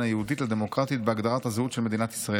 היהודית לדמוקרטית בהגדרת הזהות של מדינת ישראל.